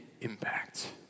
impact